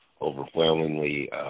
overwhelmingly